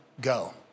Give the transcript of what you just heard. go